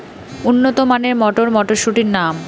উন্নত মানের মটর মটরশুটির নাম?